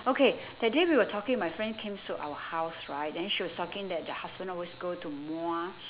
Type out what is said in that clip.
okay that day we were talking my friend cames to our house right then she was talking that the husband always go to muar